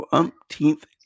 umpteenth